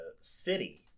city